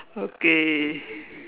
okay